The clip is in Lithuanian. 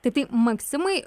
tiktai maksimai